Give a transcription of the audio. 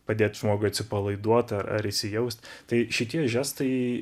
padėt žmogui atsipalaiduot ar ar įsijaust tai šitie žestai